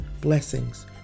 blessings